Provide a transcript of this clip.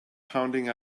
pounding